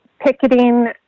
picketing